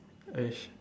!hais!